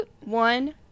one